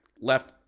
Left